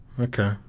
Okay